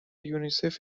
یونیسف